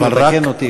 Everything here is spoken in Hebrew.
שיתקן אותי.